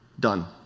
done.